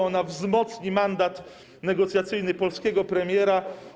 Ona wzmocni mandat negocjacyjny polskiego premiera.